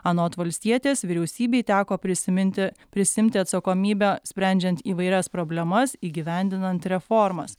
anot valstietės vyriausybei teko prisiminti prisiimti atsakomybę sprendžiant įvairias problemas įgyvendinant reformas